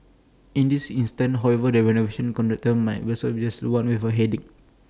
in this instance however the renovation contractor might just be The One with A headache